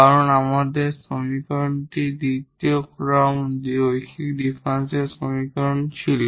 কারণ আমাদের সমীকরণটি দ্বিতীয় অর্ডার লিনিয়ার ডিফারেনশিয়াল সমীকরণ ছিল